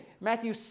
Matthew